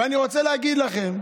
ואני רוצה להגיד לכם,